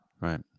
Right